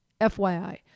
FYI